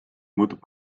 muutub